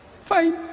fine